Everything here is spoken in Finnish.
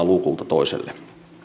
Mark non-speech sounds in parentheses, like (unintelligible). (unintelligible) luukulta toiselle